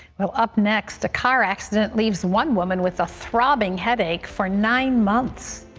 um up next, a car accident leaves one woman with a throbbing headache for nine months.